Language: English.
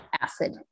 acid